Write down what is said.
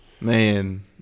man